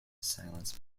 silence